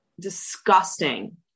disgusting